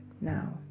now